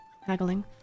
haggling